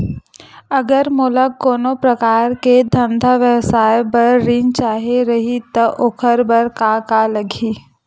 अगर मोला कोनो प्रकार के धंधा व्यवसाय पर ऋण चाही रहि त ओखर बर का का लगही?